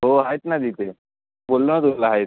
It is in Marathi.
हो आहेत ना तिथे आहेत